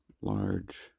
large